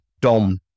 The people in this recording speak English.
DOM